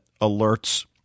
alerts